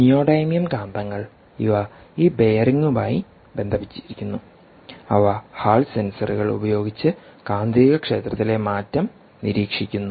neodymium കാന്തങ്ങൾ ഇവ ഈ ബെയറിംഗുമായി ബന്ധിപ്പിച്ചിരുന്നു അവ ഹാൾ സെൻസറുകൾ ഉപയോഗിച്ച് കാന്തികക്ഷേത്രത്തിലെ മാറ്റം നിരീക്ഷിക്കുന്നു